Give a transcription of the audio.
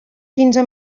quinze